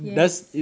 yes